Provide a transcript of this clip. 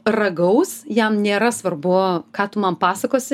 ragaus jam nėra svarbu ką tu man pasakosi